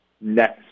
next